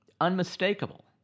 Unmistakable